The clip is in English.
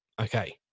okay